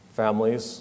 families